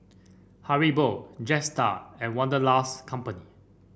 Haribo Jetstar and Wanderlust Company